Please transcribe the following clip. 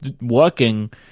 working